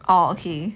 orh okay